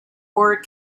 wore